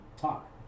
talk